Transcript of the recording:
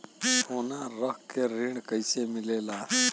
सोना रख के ऋण कैसे मिलेला?